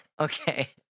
Okay